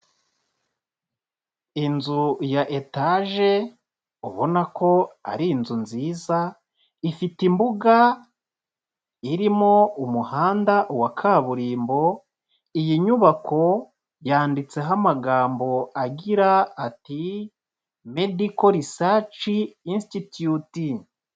Inzu ya etaje ubona ko ari inzu nziza, ifite imbuga irimo umuhanda wa kaburimbo, iyi nyubako yanditseho amagambo agira ati "Medical Research Institute."